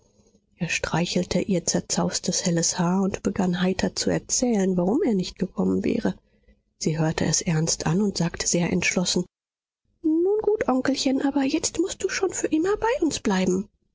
er streichelte ihr zerzaustes helles haar und begann heiter zu erzählen warum er nicht gekommen wäre sie hörte es ernst an und sagte sehr entschlossen nun gut onkelchen aber jetzt mußt du schon für immer bei uns bleiben